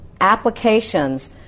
applications